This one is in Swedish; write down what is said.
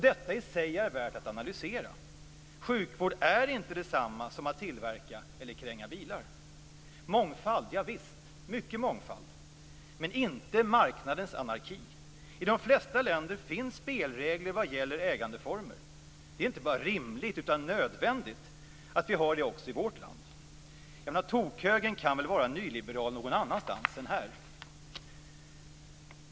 Detta är i sig värt att analysera. Sjukvård är inte detsamma som att tillverka eller kränga bilar. Mångfald - javisst. Mycket mångfald. Men inte marknadens anarki. I de flesta länder finns spelregler vad gäller ägandeformer. Det är inte bara rimligt, utan nödvändigt att vi har det också i vårt land. Tokhögern kan väl vara nyliberal någon annanstans än här.